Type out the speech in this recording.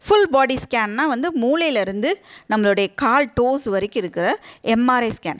full body ஸ்கேன்னால் வந்து மூளையிலிருந்து நம்மளோடைய கால் டோஸ் வரைக்கும் இருக்க எம்ஆர்ஐ ஸ்கேன்